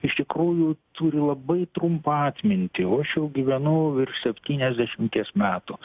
iš tikrųjų turi labai trumpą atmintį o aš jau gyvenu virš septyniasdešimties metų